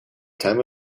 time